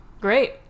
Great